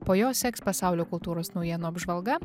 po jo seks pasaulio kultūros naujienų apžvalga